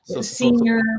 senior